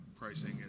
pricing